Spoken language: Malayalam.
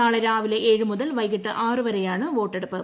നാളെ രാവിലെ ഏഴ്മുതൽ വൈകിട്ട് ആറ് വരെയാണ് വോട്ടെടുപ്പ്